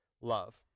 love